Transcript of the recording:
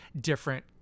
different